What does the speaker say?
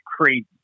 crazy